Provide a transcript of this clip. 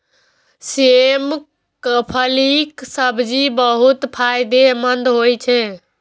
सेम फलीक सब्जी बहुत फायदेमंद होइ छै